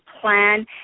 plan